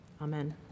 Amen